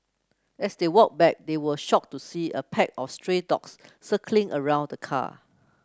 as they walked back they were shocked to see a pack of stray dogs circling around the car